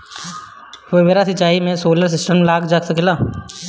फौबारा सिचाई मै सोलर सिस्टम लाग सकेला?